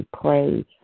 pray